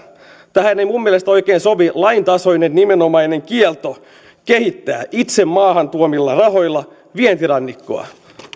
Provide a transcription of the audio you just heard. tähän ei mielestäni oikein sovi laintasoinen nimenomainen kielto kehittää itse maahantuoduilla rahoilla vientirannikkoa